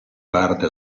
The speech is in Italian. parte